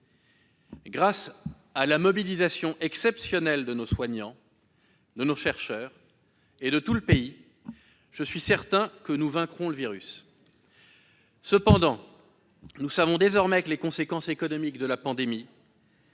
Grâce à la mobilisation exceptionnelle de nos soignants, de nos chercheurs et de tout le pays, je suis certain que nous vaincrons le virus. Cependant, nous savons désormais que les conséquences économiques de la pandémie